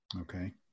Okay